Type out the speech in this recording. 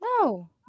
No